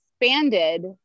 expanded